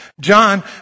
John